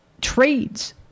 trades